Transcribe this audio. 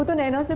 and naina. so